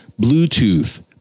Bluetooth